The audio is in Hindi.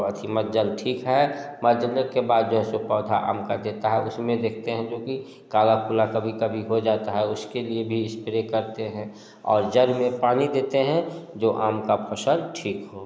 अथी मज्जाम ठीक है मज्जमें के बाद जो है सो पौधा आम का देता है उसमें देखते हैं जो कि काला कुला कभी कभी हो जाता है उसके लिए भी स्प्रे करते हैं और जड़ में पानी देते हैं जो आम का फसल ठीक हो